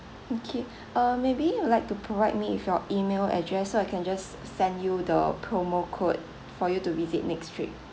okay uh maybe you would like to provide me with your email address so I can just send you the promo code for you to visit next trip